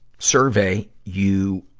survey, you,